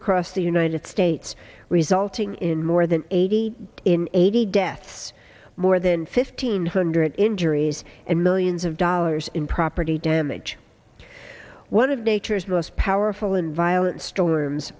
across the united states resulting in more than eighty in eighty deaths more than fifteen hundred injuries and millions of dollars in property damage one of the nature is most powerful and violent storms